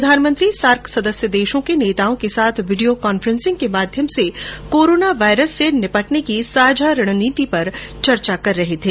प्रधानमंत्री सार्क सदस्य देशों के नेताओं के साथ वीडियो कांफ्रेसिंग के माध्यम से कोरोना वायरस से निपटने की साझा रणनीति पर चर्चा कर रहे थे